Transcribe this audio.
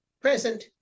present